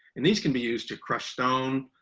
and these can be used to crush stone,